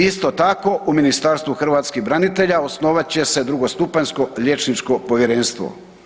Isto tako, u Ministarstvu hrvatskih branitelja osnovat će se drugostupanjsko liječničko povjerenstvo.